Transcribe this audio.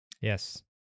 Yes